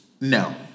No